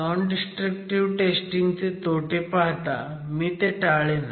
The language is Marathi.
नॉन डिस्ट्रक्टिव्ह टेस्टिंग चे तोटे पाहता मी ते टाळेन